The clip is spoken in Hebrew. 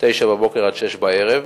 09:00 ו-18:00.